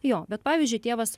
jo bet pavyzdžiui tėvas